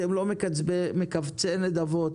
אתם לא מקבצי נדבות,